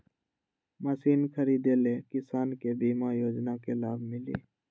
Machine खरीदे ले किसान के बीमा योजना के लाभ मिली?